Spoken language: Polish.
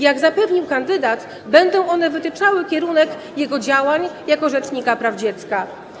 Jak zapewnił kandydat, słowa te będą wytyczały kierunek jego działań jako rzecznika praw dziecka.